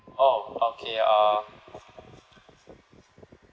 oh okay uh